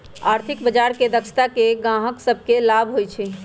आर्थिक बजार के दक्षता से गाहक सभके लाभ होइ छइ